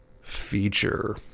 feature